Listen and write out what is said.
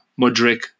Mudrick